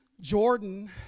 Jordan